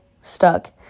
stuck